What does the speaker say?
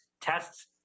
tests